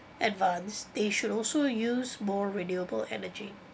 advanced they should also use more renewable energy